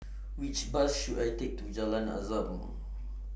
Which Bus should I Take to Jalan Azam